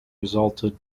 resulted